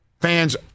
fans